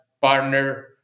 partner